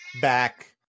back